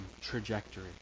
trajectory